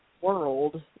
world